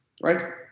right